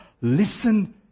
Listen